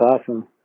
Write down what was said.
awesome